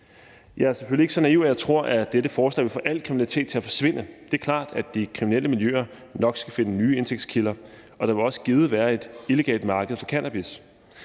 Jeg er selvfølgelig ikke så naiv, at jeg tror, at dette forslag vil få al kriminalitet til at forsvinde. Det er klart, at de kriminelle miljøer nok skal finde nye indtægtskilder, og der vil også givet været et illegalt marked for cannabis.